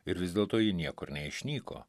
ir vis dėlto ji niekur neišnyko